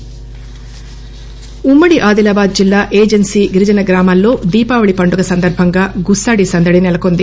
గుస్సాడి ఉమ్మడి ఆదిలాబాద్ జిల్లా ఏజెన్సీ గ్రామాల్లో దీపావళి పండగ సందర్బంగా గుస్పాడి సందడి నెలకొంది